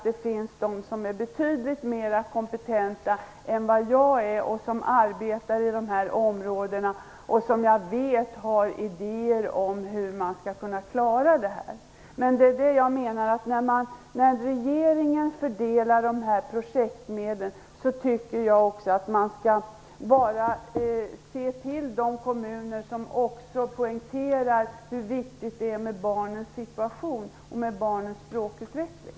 Det finns de som är betydligt mer kompetenta än jag, som arbetar i dessa områden, som jag vet har idéer om hur man skall kunna klara detta. När regeringen fördelar projektmedlen tycker jag också att man skall se på vilka kommuner som poängterar hur viktigt det är att med barnens situation och deras språkutveckling.